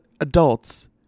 adults